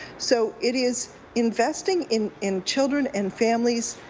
so it is investing in in children and families